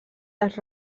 dels